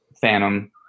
Phantom